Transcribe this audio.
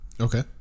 okay